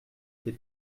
des